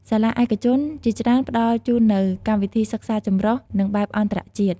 សាលាឯកជនជាច្រើនផ្តល់ជូននូវ កម្មវិធីសិក្សាចម្រុះ និងបែបអន្តរជាតិ ។